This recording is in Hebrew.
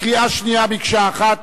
קריאה שנייה מקשה אחת,